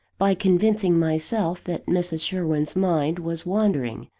by convincing myself that mrs. sherwin's mind was wandering,